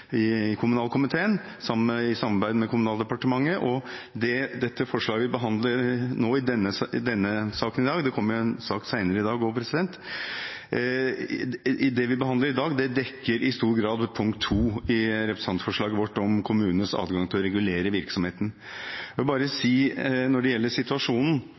kommunalkomiteen i samarbeid med Kommunal- og moderniseringsdepartementet, og dette forslaget behandler vi i denne saken i dag. Det kommer en sak senere i dag også. Det vi behandler i dag, dekker i stor grad punkt to i representantforslaget vårt om kommunenes adgang til å regulere virksomheten. Jeg vil bare si når det gjelder situasjonen,